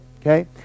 Okay